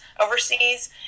overseas